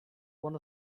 one